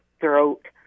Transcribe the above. throat